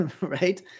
right